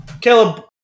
Caleb